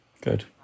Good